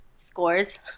scores